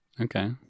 Okay